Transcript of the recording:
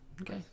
Okay